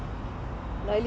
something similar to that